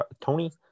tony